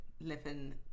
living